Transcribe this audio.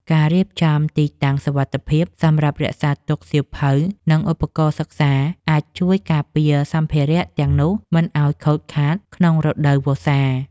ការរៀបចំទីតាំងសុវត្ថិភាពសម្រាប់រក្សាទុកសៀវភៅ និង ឧបករណ៍សិក្សា អាចជួយការពារសម្ភារទាំងនោះមិនឱ្យខូចខាតក្នុងរដូវវស្សា។